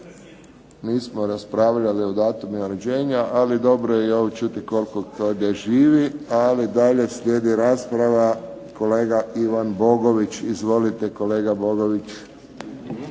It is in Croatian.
nismo raspravljali o datumima rođenja, ali dobro je i ovo čuti koliko tko gdje živi, ali dalje slijedi rasprava kolega Ivan Bogović. Izvolite, kolega Bogović.